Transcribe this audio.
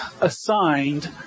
assigned